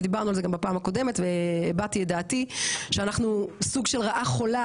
ודיברנו על זה גם בפעם הקודמת והבעתי את דעתי שאנחנו סוג של רעה חולה,